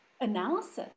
analysis